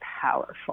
powerful